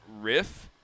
riff